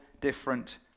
different